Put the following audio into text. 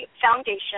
Foundation